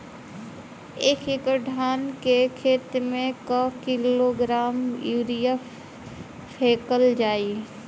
एक एकड़ धान के खेत में क किलोग्राम यूरिया फैकल जाई?